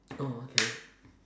oh okay